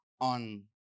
on